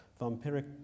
vampiric